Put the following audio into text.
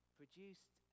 produced